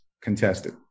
contested